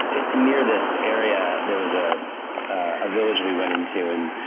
near this area, there was a ah village we went into and